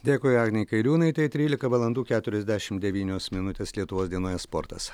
dėkui agnei kairiūnaitei trylika valandų keturiasdešimt devynios minutės lietuvos dienoje sportas